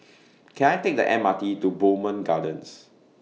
Can I Take The M R T to Bowmont Gardens